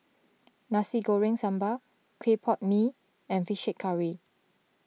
Nasi Goreng Sambal Clay Pot Mee and Fish Head Curry